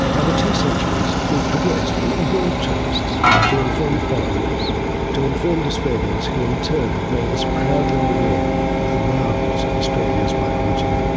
two centuries, we've progressed from ignorant tourists to informed foreigners to informed australians who in turn have made us proudly aware of the marvels of australia's biology.